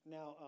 Now